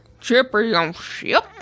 Championship